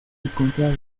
encontrará